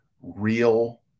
real